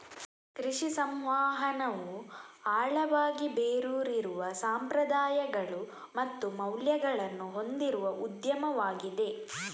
ಕೃಷಿ ಸಂವಹನವು ಆಳವಾಗಿ ಬೇರೂರಿರುವ ಸಂಪ್ರದಾಯಗಳು ಮತ್ತು ಮೌಲ್ಯಗಳನ್ನು ಹೊಂದಿರುವ ಉದ್ಯಮವಾಗಿದೆ